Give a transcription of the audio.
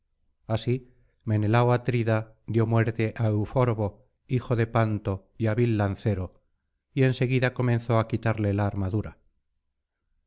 así menelao atrida dio muerte á euforbo hijo de panto y hábil lancero y en seguida comenzó á quitarle la armadura